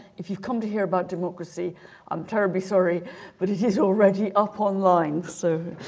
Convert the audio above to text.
if you've come to hear about democracy i'm terribly sorry but it is already up online so